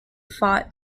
fought